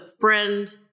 friend